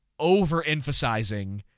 overemphasizing